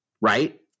right